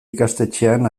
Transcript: ikastetxean